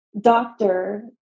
doctor